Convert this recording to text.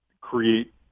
create